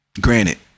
granted